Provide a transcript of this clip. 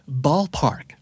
ballpark